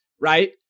right